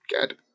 Good